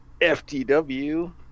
FTW